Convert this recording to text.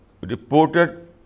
reported